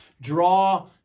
draw